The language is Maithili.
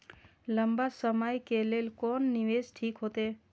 लंबा समय के लेल कोन निवेश ठीक होते?